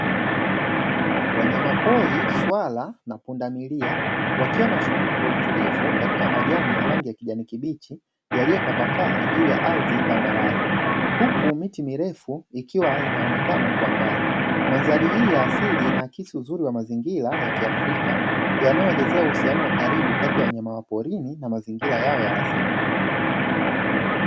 Wanyamapori swala, na pundamilia, wakiwa wanazunguka kwa utulivu katika majani ya rangi ya kijani kibichi, yaliyotapakaa juu ya ardhi tambarare, huku miti mirefu ikiwa inaonekana kwa mbali. Madhari hii ya asili inaakisi uzuri wa mazingira ya kiafrika, yanayoelezea uhusiano wa karibu kati ya wanyama wa porini na mazingira yao ya asili.